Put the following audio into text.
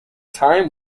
time